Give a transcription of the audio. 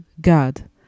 god